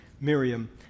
Miriam